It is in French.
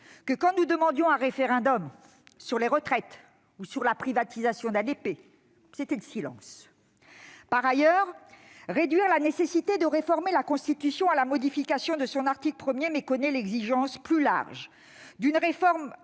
lorsque nous demandions la tenue d'un référendum sur les retraites ou sur la privatisation d'ADP, c'était le silence ? Par ailleurs, réduire la nécessité de modifier la Constitution à son article 1 méconnaît l'exigence plus large d'une réforme